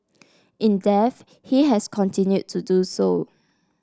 in death he has continued to do so